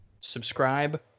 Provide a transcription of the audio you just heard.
subscribe